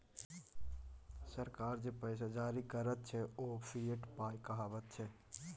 सरकार जे पैसा जारी करैत छै ओ फिएट पाय कहाबैत छै